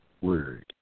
word